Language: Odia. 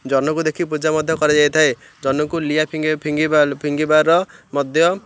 ଜହ୍ନକୁ ଦେଖି ପୂଜା ମଧ୍ୟ କରାଯାଇଥାଏ ଜହ୍ନକୁ ଲିଆ ଫିଙ୍ଗିବା ଫିଙ୍ଗିବାର ମଧ୍ୟ